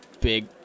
big